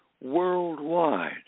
worldwide